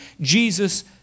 Jesus